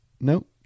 nope